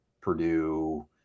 purdue